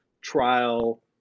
trial